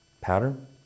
pattern